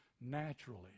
naturally